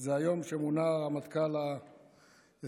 זה היום שמונה הרמטכ"ל ה-23,